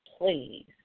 please